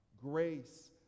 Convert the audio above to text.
grace